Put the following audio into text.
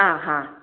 ആ ആ